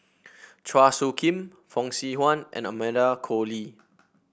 Chua Soo Khim Fong Swee Suan and Amanda Koe Lee